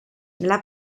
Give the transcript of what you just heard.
nella